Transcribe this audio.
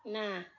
ନା